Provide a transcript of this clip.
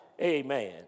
Amen